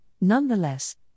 nonetheless